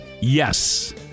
yes